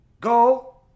Go